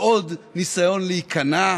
ועוד ניסיון להיכנע,